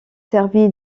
servi